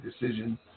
decision